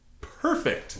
Perfect